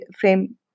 frame